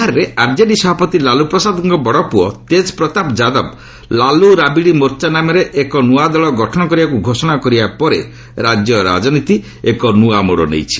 ବିହାରରେ ଆର୍ଜେଡି ସଭାପତି ଲାଲ୍ରପ୍ରସାଦଙ୍କ ବଡ଼ପୁଅ ତେଜ୍ ପ୍ରତାପ ଯାଦବ ଲାଲୁ ରାବିଡ଼ି ମୋର୍ଚ୍ଚା ନାମରେ ଏକ ନୂଆଦଳ ଗଠନ କରିବାକୁ ଘୋଷଣା କରିବା ପରେ ରାଜ୍ୟ ରାଜନୀତି ଏକ ନୂଆ ମୋଡ଼ ନେଇଛି